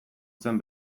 zen